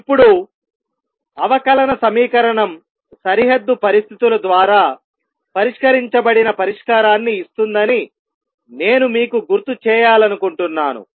ఇప్పుడు అవకలన సమీకరణం సరిహద్దు పరిస్థితుల ద్వారా పరిష్కరించబడిన పరిష్కారాన్ని ఇస్తుందని నేను మీకు గుర్తు చేయాలనుకుంటున్నాను